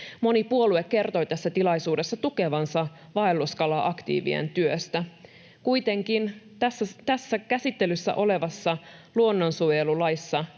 Moni puolue kertoi tässä tilaisuudessa tukevansa vaelluskala-aktiivien työtä. Kuitenkin nyt tästä käsittelyssä olevasta luonnonsuojelulaista